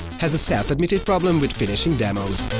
has a self-admitted problem with finishing demos.